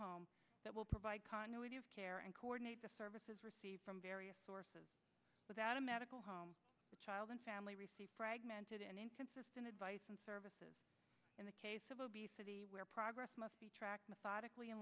home that will provide continuity of care and coordinate the services from various sources without a medical home the child and family receive fragmented and inconsistent advice and services in the case of obesity where progress must be tracked methodically